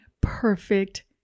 perfect